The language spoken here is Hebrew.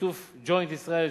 בשיתוף "ג'וינט ישראל",